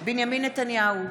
בנימין נתניהו,